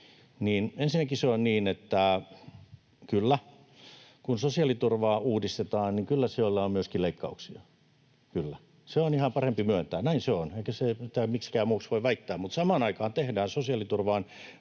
Ensinnäkin se on niin, että kyllä, kun sosiaaliturvaa uudistetaan, niin kyllä siellä on myöskin leikkauksia, kyllä. Se on ihan parempi myöntää, näin se on, eikä sitä miksikään muuksi voi väittää, mutta samaan aikaan tehdään sosiaaliturvaan